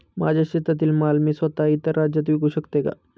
माझ्या शेतातील माल मी स्वत: इतर राज्यात विकू शकते का?